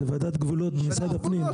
זה ועדת גבולות במשרד הפנים.